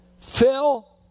Phil